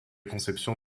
conception